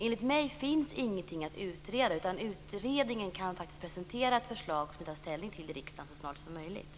Enligt mig finns ingenting att utreda, utan utredningen kan faktiskt presentera ett förslag som vi kan ta ställning till i riksdagen så snart som möjligt.